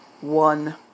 one